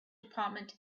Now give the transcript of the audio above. department